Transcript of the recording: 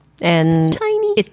Tiny